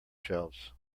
shelves